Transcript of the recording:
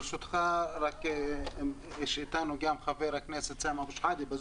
ברשותך רק יש אתנו גם חבר הכנסת סמי אבו שחאדה ב"זום".